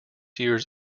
years